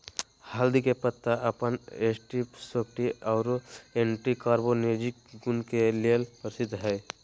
हल्दी के पत्ता अपन एंटीसेप्टिक आरो एंटी कार्सिनोजेनिक गुण के लेल प्रसिद्ध हई